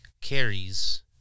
carries –